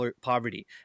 poverty